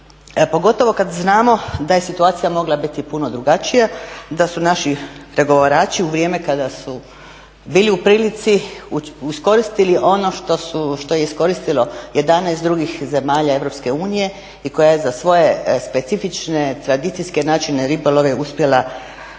Pogotovo kada znamo da je situacija mogla biti i puno drugačija i da su naši pregovarači u vrijeme kada su bili u prilici iskoristili ono što je iskoristilo 11 drugih zemalja Europske unije i koja je za svoje specifične tradicijske načine ribolova uspjela zadržati